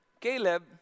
Caleb